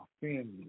family